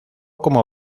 como